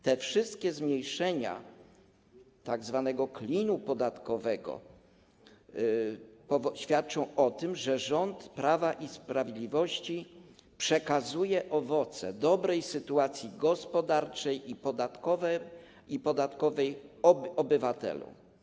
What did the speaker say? Te wszystkie zmniejszenia tzw. klina podatkowego świadczą o tym, że rząd Prawa i Sprawiedliwości przekazuje owoce dobrej sytuacji gospodarczej i podatkowej obywatelom.